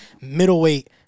middleweight